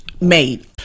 made